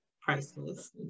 priceless